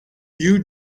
you